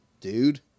dude